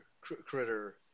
critter